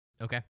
Okay